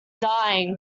dying